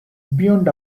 beyond